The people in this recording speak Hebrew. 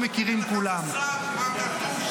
אני חושב שהם עושים שירות מעולה לאזרחי ישראל